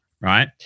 right